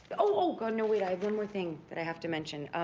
oh, oh, no, wait, i have one more thing that i have to mention.